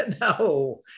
no